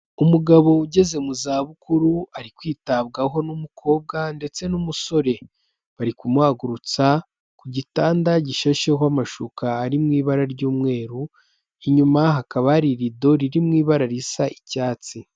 Umugabo ugeze mu za bukuru ari kwitabwaho n'umukobwa ndetse n'umusore, bari kumuhagurutsa ku gitanda gishyusheho amashuka ari mu ibara ry'umweru, inyuma hakaba hari irido riri mu ibara risa icyatsi.